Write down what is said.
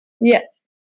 Yes